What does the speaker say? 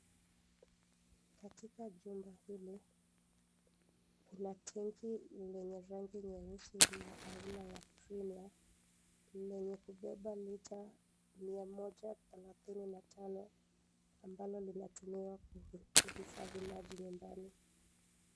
Katika jumba hili, kuna tenki ya rangi nyeusi la aina ya premier , lenye kubeba lita, mia moja, thelathini na tano, ambalo linatumiwa kuhifadhi maji nyumbani.